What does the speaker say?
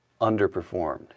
underperformed